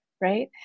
right